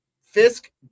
Fisk